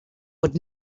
would